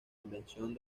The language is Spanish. invención